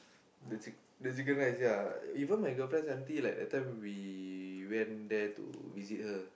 the chick~ the chicken rice ya even my girlfriend's auntie like that time we went there to visit her